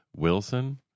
Wilson